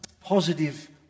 positive